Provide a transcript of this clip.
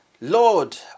Lord